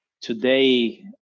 today